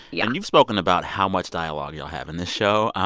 yeah and you've spoken about how much dialogue y'all have in this show.